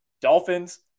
Dolphins